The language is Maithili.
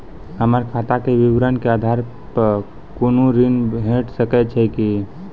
हमर खाता के विवरण के आधार प कुनू ऋण भेट सकै छै की?